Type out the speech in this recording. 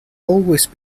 always